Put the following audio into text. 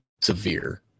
severe